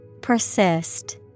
Persist